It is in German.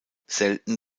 selten